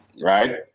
Right